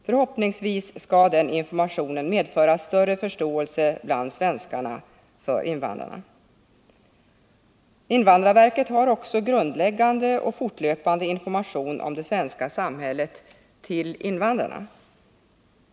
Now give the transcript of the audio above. Förhoppningsvis skall den informationen leda till större förståelse bland svenskarna för invandrarna. Invandrarverket har också grundläggande och fortlöpande information om det svenska samhället till invandrarna.